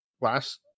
last